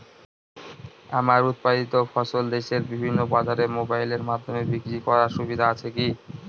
আমার উৎপাদিত ফসল দেশের বিভিন্ন বাজারে মোবাইলের মাধ্যমে বিক্রি করার সুবিধা আছে কি?